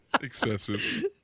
Excessive